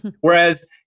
Whereas